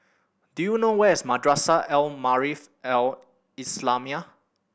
do you know where is Madrasah Al Maarif Al Islamiah